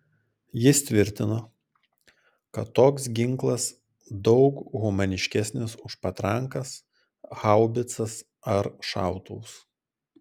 jis tvirtino kad toks ginklas daug humaniškesnis už patrankas haubicas ar šautuvus